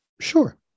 Sure